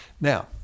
Now